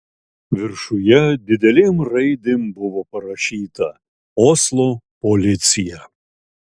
viršuje didelėm raidėm buvo parašyta oslo policija